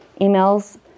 emails